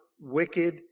wicked